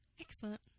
excellent